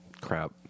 crap